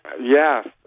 Yes